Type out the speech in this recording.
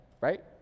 right